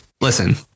listen